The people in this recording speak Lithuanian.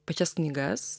pačias knygas